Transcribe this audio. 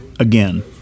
again